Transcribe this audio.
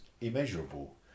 immeasurable